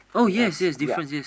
between us ya